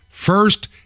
first